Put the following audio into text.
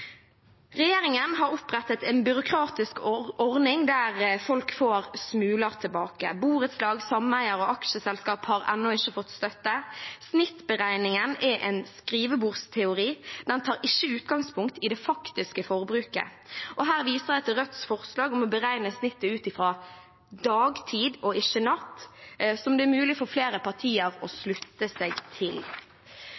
Regjeringen har opprettet en byråkratisk ordning der folk får smuler tilbake. Borettslag, sameier og aksjeselskap har ennå ikke fått støtte. Snittberegningen er en skrivebordsteori. Den tar ikke utgangspunkt i det faktiske forbruket, og her viser jeg til Rødts forslag om å beregne snittet ut fra dagtid og ikke natt, som det er mulig for flere partier å